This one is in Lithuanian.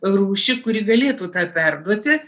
rūšį kuri galėtų tą perduoti